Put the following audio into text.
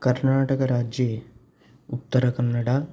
कर्णाटकराज्ये उत्तरकन्नडा